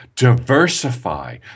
Diversify